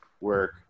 work